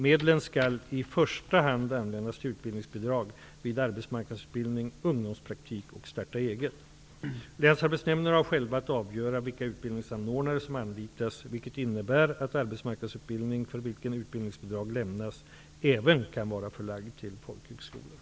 Medlen skall i första hand användas till utbildningsbidrag vid arbetsmarknadsutbildning, ungdomspraktik och starta eget. Länsarbetsnämnderna har själva att avgöra vilka utbildningsanordnare som anlitas, vilket innebär att arbetsmarknadsutbildning för vilken utbildningsbidrag lämnas även kan vara förlagd till folkhögskolor.